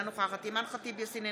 אינה נוכחת אימאן ח'טיב יאסין,